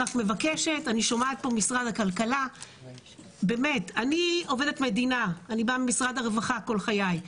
אני עובדת מדינה אני באה ממשרד הרווחה כל חיי.